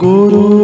Guru